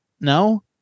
no